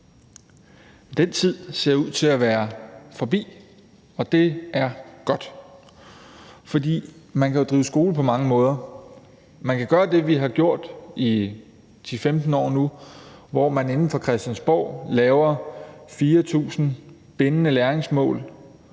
Den tid ser ud til at være forbi, og det er godt. For man kan drive skole på mange måder. Man kan gøre det, som vi har gjort i 10-15 år nu, hvor man inde fra Christiansborg laver 4.000 bindende læringsmål,